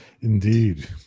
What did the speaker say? Indeed